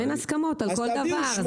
אין הסכמות על כל דבר.